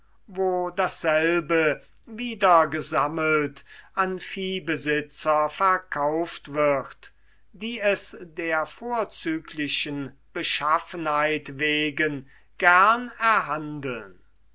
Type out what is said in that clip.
wo dasselbe wieder gesammelt an viehbesitzer verkauft wird die es der vorzüglichen beschaffenheit wegen gern erhandeln